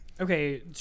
Okay